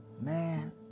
man